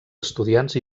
estudiants